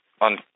on